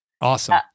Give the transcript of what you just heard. Awesome